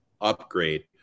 upgrade